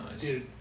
dude